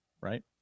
right